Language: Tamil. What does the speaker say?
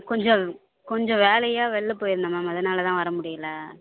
கொஞ்சம் கொஞ்சம் வேலையாக வெளியில் போயிருந்தேன் மேம் அதனால தான் வரமுடியல